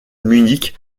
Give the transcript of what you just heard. munich